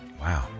Wow